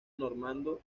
normando